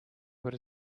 what